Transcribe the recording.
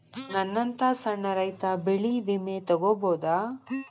ನನ್ನಂತಾ ಸಣ್ಣ ರೈತ ಬೆಳಿ ವಿಮೆ ತೊಗೊಬೋದ?